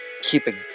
keeping